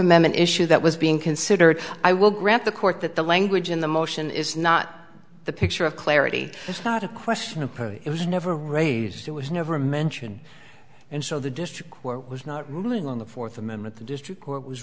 amendment issue that was being considered i will grant the court that the language in the motion is not the picture of clarity it's not a question of it was never raised it was never mentioned and so the district court was not ruling on the fourth amendment the district court was